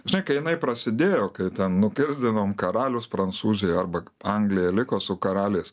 žinai kai jinai prasidėjo kai ten nukirsdinom karalius prancūzijoj arba anglija liko su karaliais